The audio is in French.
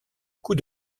coup